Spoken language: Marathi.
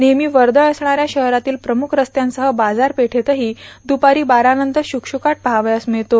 नेहमी वर्दळ असणाऱ्या शहरातील प्रमुख रस्त्यांसह बाजारपेठेतही दुपारी बारानंतर शुकशुकाट पहावयास मिळतो